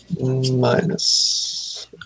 minus